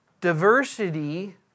diversity